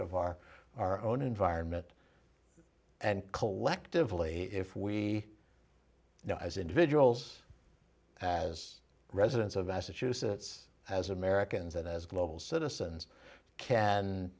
of our our own environment and collectively if we now as individuals as residents of massachusetts as americans and as global citizens can